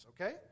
okay